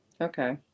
okay